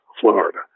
Florida